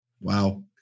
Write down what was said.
Wow